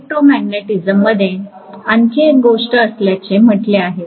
इलेक्ट्रोमॅग्नेटिझममध्ये आणखी एक गोष्ट असल्याचे म्हटले आहे